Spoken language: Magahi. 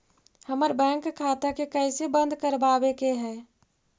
हमर बैंक खाता के कैसे बंद करबाबे के है?